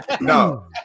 No